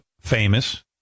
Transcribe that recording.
famous